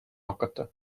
hakata